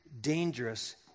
dangerous